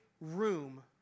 room